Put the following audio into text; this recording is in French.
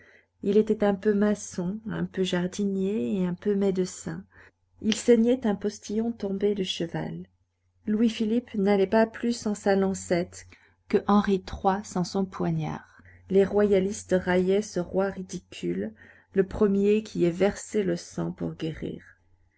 il était un peu maçon un peu jardinier et un peu médecin il saignait un postillon tombé de cheval louis-philippe n'allait pas plus sans sa lancette que henri iii sans son poignard les royalistes raillaient ce roi ridicule le premier qui ait versé le sang pour guérir